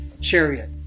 chariot